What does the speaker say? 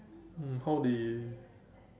um how they